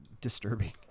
Disturbing